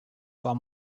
far